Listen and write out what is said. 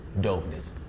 dopeness